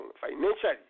financially